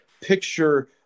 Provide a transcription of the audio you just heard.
picture